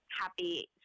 happy